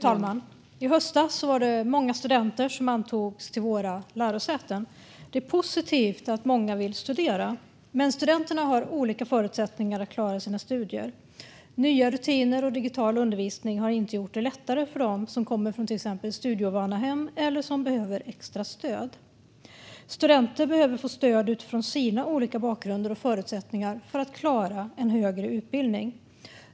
Fru talman! I höstas antogs många studenter till våra lärosäten. Det är positivt att många vill studera, men studenterna har olika förutsättningar att klara sina studier. Nya rutiner och digital undervisning har inte gjort det lättare för dem som till exempel kommer från studieovana hem eller behöver extra stöd. Studenter behöver få stöd utifrån sina olika bakgrunder och förutsättningar för att klara en högre utbildning.